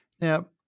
Now